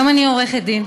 גם אני עורכת דין,